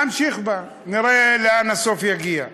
להמשיך בה, נראה לאן יגיע בסוף.